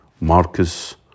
Marcus